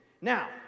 Now